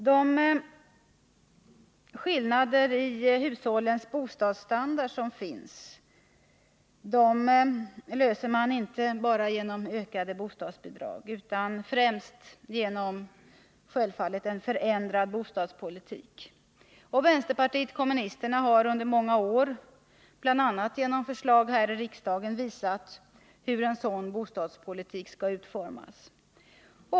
De skillnader i hushållens bostadsstandard som finns undanröjs emellertid inte genom enbart ökade bostadsbidrag utan självfallet främst genom en förändrad bostadspolitik. Vänsterpartiet kommunisterna har under många år, bl.a. genom förslag i riksdagen, visat hur en sådan bostadspolitik skall utformas.